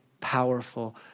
powerful